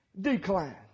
decline